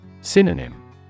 Synonym